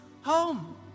home